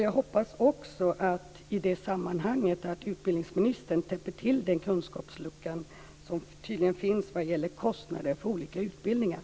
Jag hoppas i det sammanhanget att utbildningsministern täpper till den kunskapslucka som han tydligen har när det gäller kostnader för olika utbildningar.